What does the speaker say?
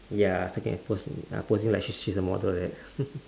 ya striking a pose posing like s~ she's a model like that